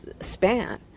span